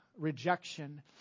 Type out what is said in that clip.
rejection